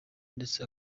ndetse